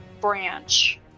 branch